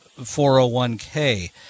401k